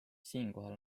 siinkohal